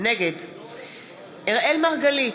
נגד אראל מרגלית,